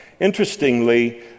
Interestingly